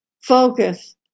Focus